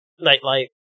nightlight